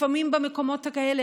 לפעמים במקומות האלה,